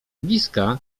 bliska